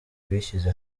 bishyize